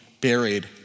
buried